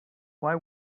why